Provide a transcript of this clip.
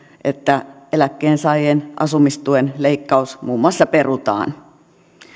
että eläkkeensaajien asumistuen leikkaus muun muassa perutaan